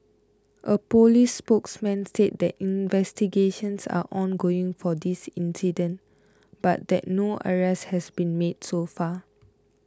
a police spokesman said that investigations are ongoing for this incident but that no arrests had been made so far